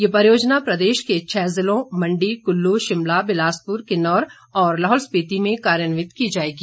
ये परियोजना प्रदेश के छः जिलों मंडी कुल्लू शिमला बिलासपुर किन्नौर और लाहौल स्पीति में कार्यान्वित की जाएगी